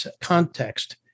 context